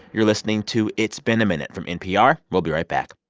you're listening to it's been a minute from npr. we'll be right back